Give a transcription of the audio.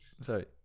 sorry